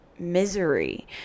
misery